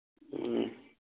ꯎꯝ